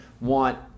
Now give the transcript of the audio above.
want